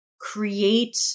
create